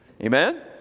Amen